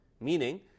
meaning